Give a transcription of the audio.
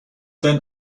then